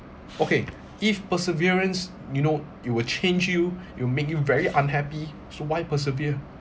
okay if perseverance you know it will change you it'll make you very unhappy so why persevere